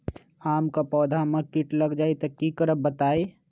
आम क पौधा म कीट लग जई त की करब बताई?